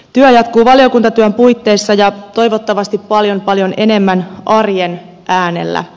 työ jatkuu valiokuntatyön puitteissa ja toivottavasti paljon paljon enemmän arjen äänellä